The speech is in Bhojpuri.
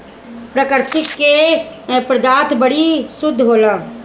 प्रकृति क पदार्थ बड़ी शुद्ध होला